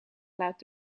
laat